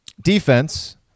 defense